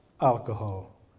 alcohol